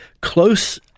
close